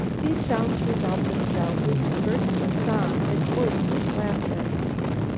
these sounds resolved themselves into bursts of song and boisterous laughter.